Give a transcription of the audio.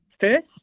first